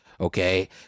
okay